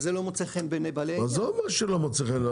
אבל זה לא מוצא חן בעיני בעלי --- עזוב לא מוצא חן.